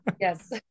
yes